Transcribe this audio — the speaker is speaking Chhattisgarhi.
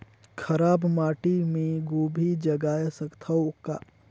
खराब माटी मे गोभी जगाय सकथव का?